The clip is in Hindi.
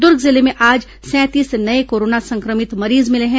दुर्ग जिले में आज सैंतीस नये कोरोना संक्रमित मरीज मिले हैं